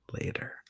later